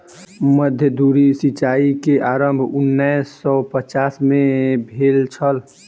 मध्य धुरी सिचाई के आरम्भ उन्नैस सौ पचास में भेल छल